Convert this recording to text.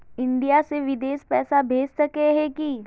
India से बिदेश पैसा भेज सके है की?